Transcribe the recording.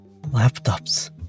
Laptops